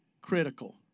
critical